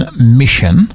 mission